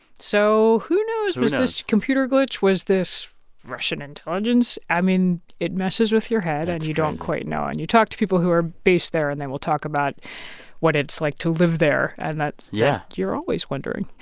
so who knows? was this. who knows. computer glitch? was this russian intelligence? i mean it messes with your head, and you don't quite know. and you talk to people who are based there, and they will talk about what it's like to live there and that. yeah. you're always wondering.